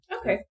Okay